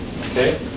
Okay